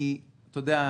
אתה יודע,